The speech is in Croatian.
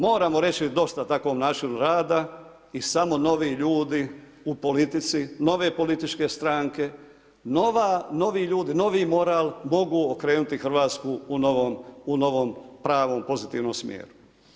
Moramo reći dosta takvom načinu rada i samo novi ljudi u politici, nove političke stranke, novi ljudi, novi moral mogu okrenuti RH u novom pravom pozitivnom smjeru.